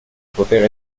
poter